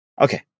Okay